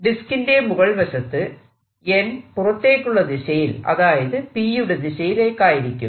ഡിസ്കിന്റെ മുകൾ വശത്ത് n പുറത്തേക്കുള്ള ദിശയിൽ അതായത് P യുടെ ദിശയിലായിരിക്കും